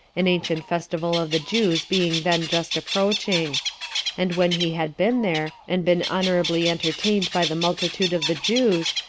an ancient festival of the jews being then just approaching and when he had been there, and been honorably entertained by the multitude of the jews,